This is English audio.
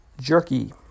jerky